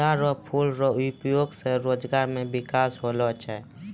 गेंदा रो फूल रो उपयोग से रोजगार मे बिकास होलो छै